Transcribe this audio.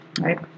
Right